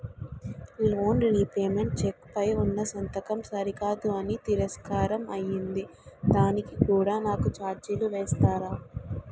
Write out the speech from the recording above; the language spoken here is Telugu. లోన్ రీపేమెంట్ చెక్ పై ఉన్నా సంతకం సరికాదు అని తిరస్కారం అయ్యింది దానికి కూడా నాకు ఛార్జీలు వేస్తారా?